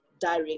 direct